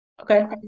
okay